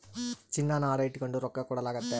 ಚಿನ್ನಾನ ಅಡ ಇಟಗಂಡು ರೊಕ್ಕ ಕೊಡಲಾಗ್ತತೆ